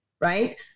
right